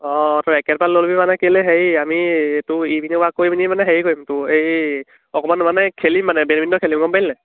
অঁ তোৰ ৰেকেটপাট লৈ লবি মানে কেলৈ হেৰি আমি তো ইভিননিং ৱাক কৰি পিনি মানে হেৰি কৰিম তো এই অকণমান মানে খেলি মানে বেডমিণ্টন খেলিম গ'ম পালি নাই